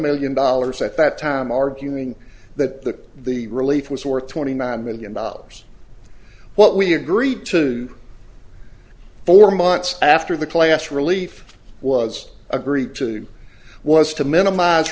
million dollars at that time arguing that the relief was worth twenty nine million dollars what we agreed to four months after the class relief was agreed to was to minimize